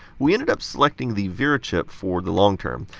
we ended up selecting the vera chip for the long-term.